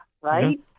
right